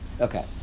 Okay